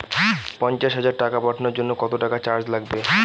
পণ্চাশ হাজার টাকা পাঠানোর জন্য কত টাকা চার্জ লাগবে?